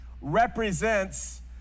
represents